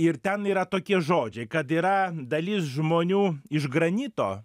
ir ten yra tokie žodžiai kad yra dalis žmonių iš granito